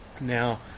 now